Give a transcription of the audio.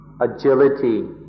agility